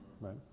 right